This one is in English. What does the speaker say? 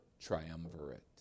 triumvirate